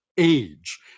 age